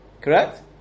Correct